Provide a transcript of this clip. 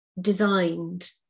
designed